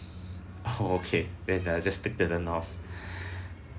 oh okay then I'll just stick to the norm